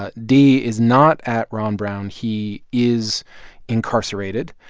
ah dee is not at ron brown. he is incarcerated.